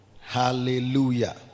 Hallelujah